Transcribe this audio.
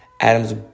Adams